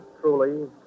truly